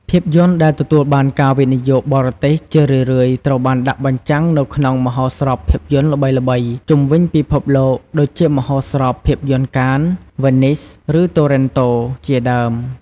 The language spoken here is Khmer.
ភាពយន្តដែលទទួលបានការវិនិយោគបរទេស ជារឿយៗត្រូវបានដាក់បញ្ចាំងនៅក្នុងមហោស្រពភាពយន្តល្បីៗជុំវិញពិភពលោក ដូចជាមហោស្រពភាពយន្ត កាន (Cannes), វ៉េននីស (Venice), ឬ តូរ៉នតូ (Toronto) ជាដើម។